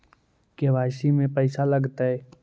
KYC में पैसा लगतै?